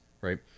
right